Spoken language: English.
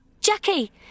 Jackie